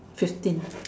fifteen